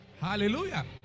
Hallelujah